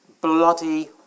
Bloody